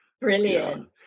Brilliant